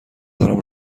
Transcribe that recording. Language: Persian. دارم